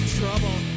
trouble